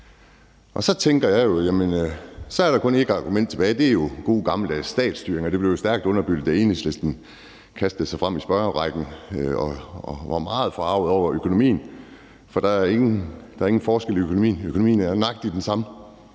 Så tænker jeg, at der kun er ét argument tilbage, og det er god, gammeldags statsstyring, og det vil jo stærkt underbygge, hvad Enhedslisten kastede sig over i spørgerrækken, hvor man var meget forarget over økonomien. For der er ingen forskel i økonomien. Økonomien er nøjagtig den samme,